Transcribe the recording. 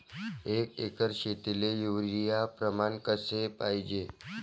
एक एकर शेतीले युरिया प्रमान कसे पाहिजे?